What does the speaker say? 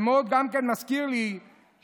זה מאוד מזכיר לי שבזמנו,